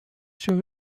show